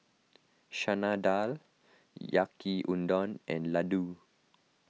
Chana Dal Yaki Udon and Ladoo